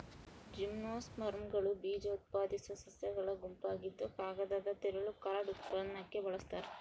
ಜಿಮ್ನೋಸ್ಪರ್ಮ್ಗಳು ಬೀಜಉತ್ಪಾದಿಸೋ ಸಸ್ಯಗಳ ಗುಂಪಾಗಿದ್ದುಕಾಗದದ ತಿರುಳು ಕಾರ್ಡ್ ಉತ್ಪನ್ನಕ್ಕೆ ಬಳಸ್ತಾರ